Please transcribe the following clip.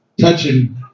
touching